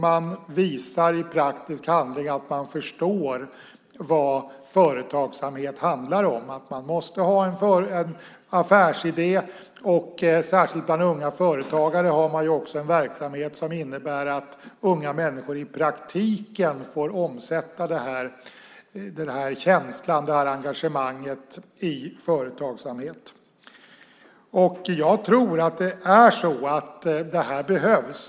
Man visar i praktisk handling att man förstår vad företagsamhet handlar om - att man måste ha en affärsidé. Särskilt bland unga företagare har man också en verksamhet som innebär att unga människor i praktiken får omsätta den här känslan och engagemanget i företagsamhet. Jag tror att det här behövs.